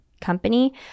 company